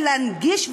ולהנגיש,